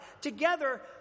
Together